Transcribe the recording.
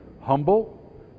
humble